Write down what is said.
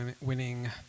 winning